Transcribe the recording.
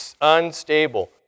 unstable